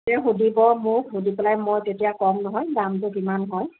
সুধিব মোক সুধি পেলাই মই তেতিয়া ক'ম নহয় দামটো কিমান হয়